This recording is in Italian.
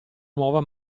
nuova